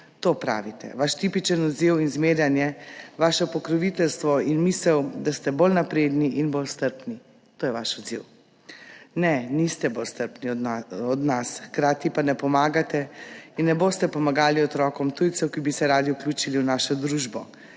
to pravite. Vaš tipičen odziv in zmerjanje, vaše pokroviteljstvo in misel, da ste bolj napredni in bolj strpni. To je vaš odziv. Ne, niste bolj strpni od nas, hkrati pa ne pomagate in ne boste pomagali otrokom tujcev, ki bi se radi vključili v našo družbo.